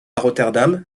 rotterdam